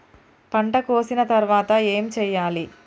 పంట కోసిన తర్వాత ఏం చెయ్యాలి?